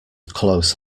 close